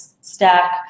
stack